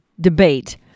debate